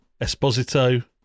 Esposito